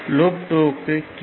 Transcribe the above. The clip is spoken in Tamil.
லூப் 2 க்கு கே